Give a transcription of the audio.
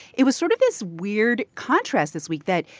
it was sort of this weird contrast this week that,